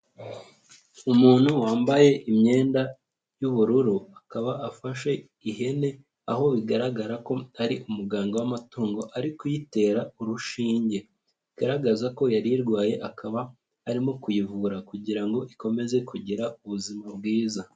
Umuntu wambaye imyenda y'ubururu akaba afashe ihene, aho bigaragara ko ari umuganga w'amatungo ari kuyitera urushinge. Bigaragaza ko yari irwaye akaba arimo kuyivura kugira ngo ikomeze kugira ubuzima bwiza.